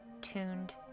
tuned